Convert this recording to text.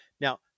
Now